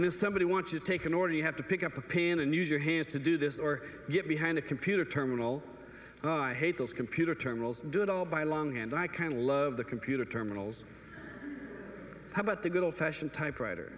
for somebody want to take an order you have to pick up a pen and use your hands to do this or get behind a computer terminal oh i hate those computer terminals do it all by longhand i can love the computer terminals how about the good old fashioned typewriter